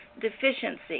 deficiency